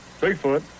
Bigfoot